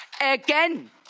Again